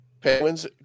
penguins